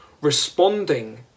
responding